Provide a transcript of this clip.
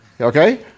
okay